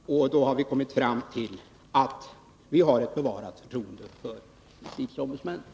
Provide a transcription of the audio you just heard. Vi har vid denna granskning kommit fram till att vi har ett bevarat förtroende för justitieombudsmännen.